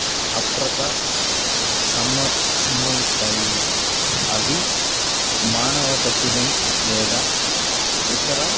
అప్రత సంభ సంభవిస్తాయి అవి మానవ తప్పిదం లేదా ఇతర